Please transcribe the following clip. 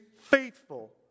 faithful